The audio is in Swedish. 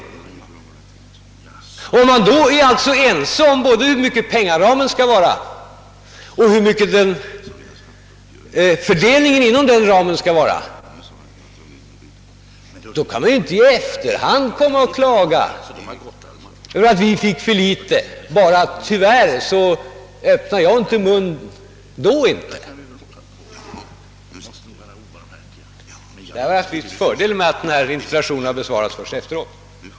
Och om man är ense om hur stor den ekonomiska ramen skall vara och hur fördelningen skall göras inom den ramen, så kan man ju inte i efterhand komma och klaga för att man fått för litet pengar och bara säga att tyvärr öppnade inte jag munnen då. Ur den synpunkten är det en viss fördel med att denna interpellation har besvarats först i efterhand.